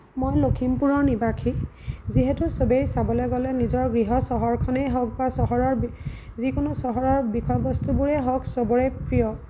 মই লখিমপুৰৰ নিবাসী যিহেতু সবেই চাবলৈ গ'লে নিজৰ গৃহ চহৰখনেই হওক বা চহৰৰ বি যিকোনো চহৰৰ বিষয়বস্তুবোৰেই হওক সবৰেই প্ৰিয়